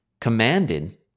commanded